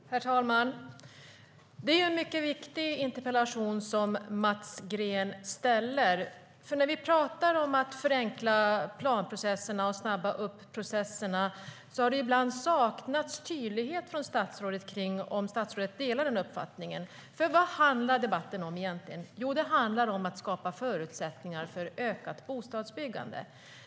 Herr talman! Det är en mycket viktig interpellation som Mats Green ställt. När vi pratar om att förenkla planprocesserna och snabba upp processerna har det ibland saknats tydlighet från statsrådet kring om statsrådet delar den uppfattningen. Vad handlar debatten om egentligen? Jo, den handlar om att skapa förutsättningar för ökat bostadsbyggande.